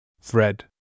thread